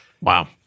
Wow